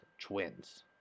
twins